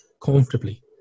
comfortably